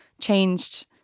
changed